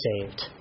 saved